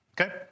okay